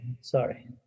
sorry